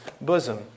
bosom